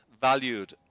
valued